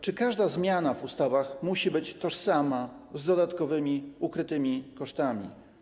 Czy każda zmiana w ustawie musi być tożsama z dodatkowymi ukrytymi kosztami?